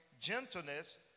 gentleness